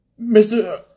Mr